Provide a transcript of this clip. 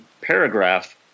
paragraph